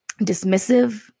dismissive